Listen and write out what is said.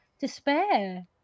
despair